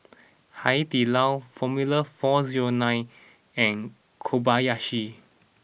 Hai Di Lao Formula four zero nine and Kobayashi